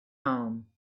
home